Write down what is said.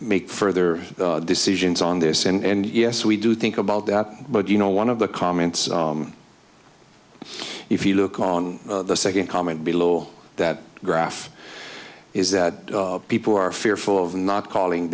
make further decisions on this and yes we do think about that but you know one of the comments if you look on the second comment below that graph is that people are fearful of not calling